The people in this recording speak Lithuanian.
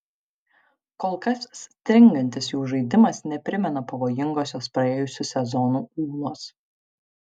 kol kas stringantis jų žaidimas neprimena pavojingosios praėjusių sezonų ūlos